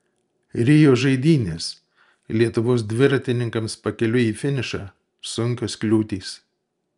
rio žaidynės lietuvos dviratininkams pakeliui į finišą sunkios kliūtys